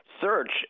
search